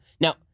Now